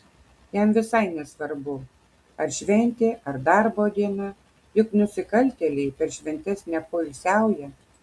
jam visai nesvarbu ar šventė ar darbo diena juk nusikaltėliai per šventes nepoilsiauja